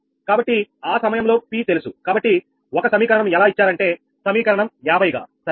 కాబట్టి ఆ సమయంలో P తెలుసు కాబట్టి ఒక సమీకరణం ఎలా ఇచ్చారంటే సమీకరణం 50 గా సరేనా